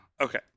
Okay